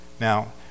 Now